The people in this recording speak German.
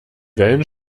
wellen